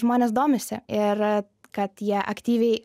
žmonės domisi ir kad jie aktyviai